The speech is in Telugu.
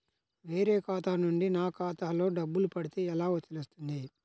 వేరే ఖాతా నుండి నా ఖాతాలో డబ్బులు పడితే ఎలా తెలుస్తుంది?